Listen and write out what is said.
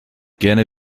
gerne